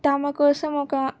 తమకోసం ఒక